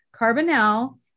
Carbonell